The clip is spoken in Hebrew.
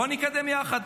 בוא נקדם יחד.